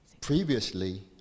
previously